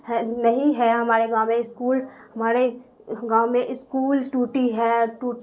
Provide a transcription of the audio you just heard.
نہیں ہے ہمارے گاؤں میں اسکول ہمارے گاؤں میں اسکول ٹوٹی ہے ٹوٹ